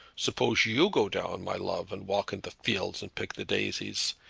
suppose you go down, my love, and walk in de fields, and pick de daisies,